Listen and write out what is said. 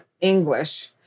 English